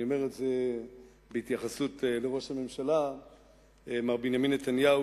אני אומר את זה בהתייחסות לראש הממשלה מר בנימין נתניהו,